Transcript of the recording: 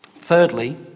Thirdly